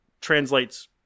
translates